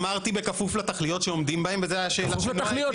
אמרתי בכפוף לתכליות שעומדים בהן וזה השאלה --- כפוף לתכליות.